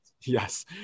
Yes